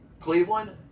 Cleveland